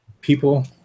people